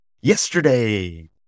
Yesterday